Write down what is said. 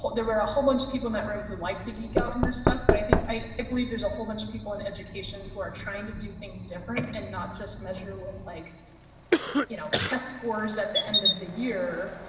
there were a whole bunch of people in that room who like to geek out in this stuff, but i think i believe there's a whole bunch of people in education who are trying to do things different and not just measure with like you know test scores at the end of the year,